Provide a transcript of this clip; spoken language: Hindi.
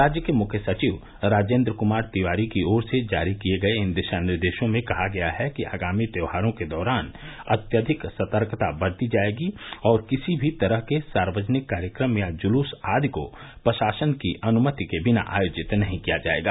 राज्य के मुख्य सचिव राजेन्द्र कुमार तिवारी की ओर से जारी किए गए इन दिशानिर्देशों में कहा गया है कि आगामी त्योहारों के दौरान अत्यधिक सतर्कता बरती जायेगी और किसी मी तरह के सार्वजनिक कार्यक्रम या जुलूस आदि को प्रशासन की अनुमति के बिना आयोजित नहीं किया जाएगा